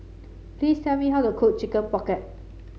please tell me how to cook Chicken Pocket